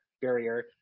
Barrier